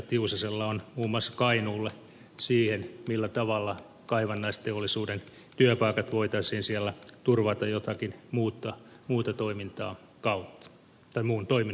tiusasella on muun muassa kainuulle siihen millä tavalla kaivannaisteollisuuden työpaikat voitaisiin siellä turvata jonkin muun toiminnan kautta tai muutoin